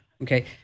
Okay